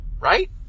right